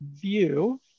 view